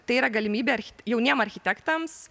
tai yra galimybė jauniem architektams